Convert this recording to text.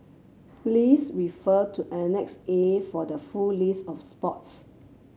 please refer to Annex A for the full list of sports